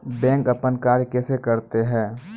Bank अपन कार्य कैसे करते है?